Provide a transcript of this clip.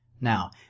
Now